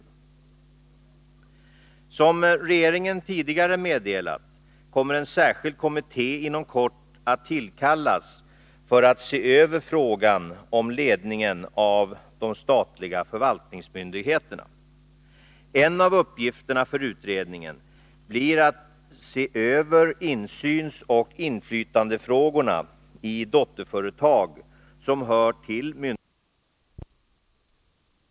Som regeringen redan tidigare meddelat kommer en särskild kommitté inom kort att tillkallas för att se över frågan om ledningen av de statliga förvaltningsmyndigheterna. En av uppgifterna för utredningen blir att se över insynsoch inflytandefrågorna i dotterföretag som hör till myndigheterna. Också relationerna i övrigt mellan myndigheterna och deras dotterföretag kommer att ses över.